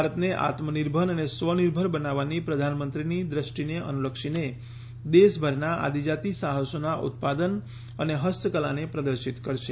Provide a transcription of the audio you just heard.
ભારતને આત્મનિર્ભર અને સ્વનિર્ભર બનાવવાની પ્રધાનમંત્રીની દ્રષ્ટિને અનુલક્ષીને દેશભરના આદિજાતિ સાહસોના ઉત્પાદન અને હસ્તકલાને પ્ર દર્શિત કરશે